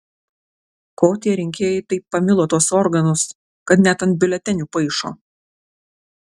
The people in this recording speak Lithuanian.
ko tie rinkėjai taip pamilo tuos organus kad net ant biuletenių paišo